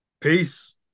Peace